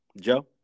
Joe